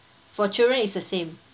for children it's the same